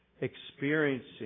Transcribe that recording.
experiencing